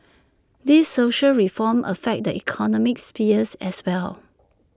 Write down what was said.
these social reforms affect the economic spheres as well